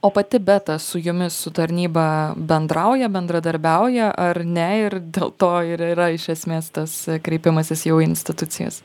o pati beta su jumis su tarnyba bendrauja bendradarbiauja ar ne ir dėl to ir yra iš esmės tas kreipimasis jau institucijas